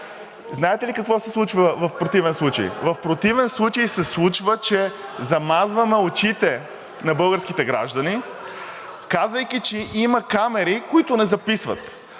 Знаете ли какво се случва в противен случай? В противен случай се случва, че замазваме очите на българските граждани, казвайки, че има камери, които не записват.